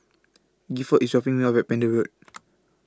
Gifford IS dropping Me off At Pender Road